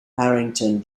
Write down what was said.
harrington